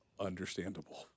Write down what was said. Understandable